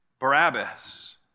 Barabbas